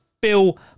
bill